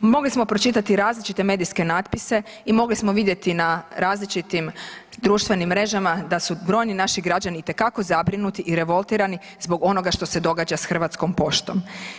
Mogli smo pročitati različite medijske natpise i mogli smo vidjeti na različitim društvenim mrežama da su brojni naši građani itekako zabrinuti i revoltirani zbog onoga što se događa s HP-om.